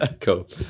cool